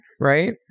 right